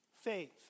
faith